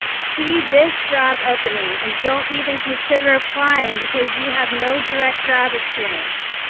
see this job opening and don't even consider applying because you have no direct job experience,